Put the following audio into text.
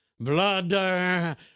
blood